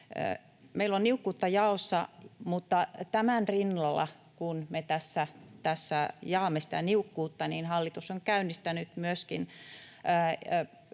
Meillä on niukkuutta jaossa, mutta tämän rinnalla, kun me tässä jaamme sitä niukkuutta, hallitus on käynnistänyt myöskin